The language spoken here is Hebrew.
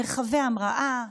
מרחבי המראה,